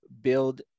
build